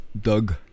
Doug